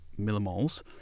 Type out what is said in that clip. millimoles